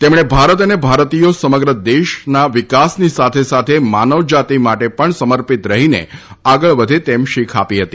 તેમણે ભારત અને ભારતીયો સંમગ્ર દેશના વિકાસની સાથેસાથે માનવ જાતિ માટે પણ સમર્પિત રહિને આગળ વધે તેમ શીખ આપી હતી